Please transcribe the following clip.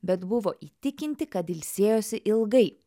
bet buvo įtikinti kad ilsėjosi ilgai